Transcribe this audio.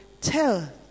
tell